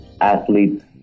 athletes